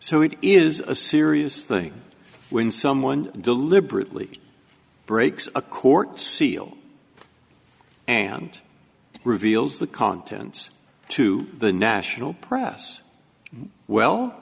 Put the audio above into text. so it is a serious thing when someone deliberately breaks a court seal and reveals the contents to the national press well